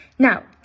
Now